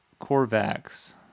Corvax